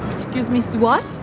excuse me. c what?